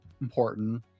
important